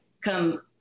come